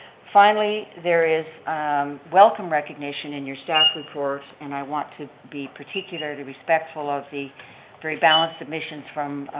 finally, there is welcome recognition in your staff report, and i want to be particularly respectful of the very balanced submissions from